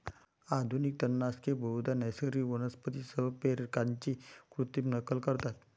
आधुनिक तणनाशके बहुधा नैसर्गिक वनस्पती संप्रेरकांची कृत्रिम नक्कल करतात